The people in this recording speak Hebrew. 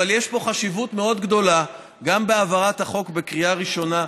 אבל יש חשיבות מאוד גדולה גם בהעברת החוק בקריאה ראשונה,